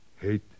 hate